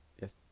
yes